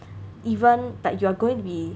even that you're going to be